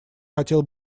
хотел